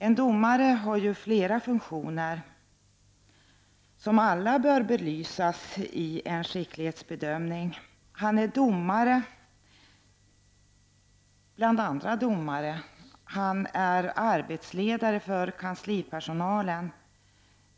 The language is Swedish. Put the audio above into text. En domare har ju flera funktioner, och alla bör belysas vid en skicklighetsbedömning. En domare är alltså domare bland andra domare och även arbetsledare för kanslipersonalen.